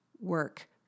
work